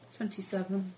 Twenty-seven